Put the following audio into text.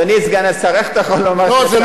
זה לא מתחיל להיות סקטורלי.